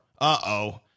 Uh-oh